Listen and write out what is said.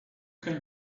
can